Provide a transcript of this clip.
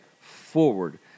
forward